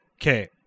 Okay